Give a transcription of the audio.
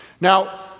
Now